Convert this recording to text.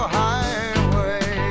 highway